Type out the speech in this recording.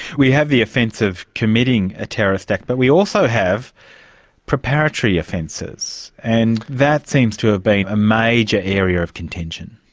we have the offence of committing a terrorist act, but we also have preparatory offences, and that seems to have been a major area of contention.